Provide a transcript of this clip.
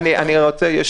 אני לצערי נאלצת לעזוב.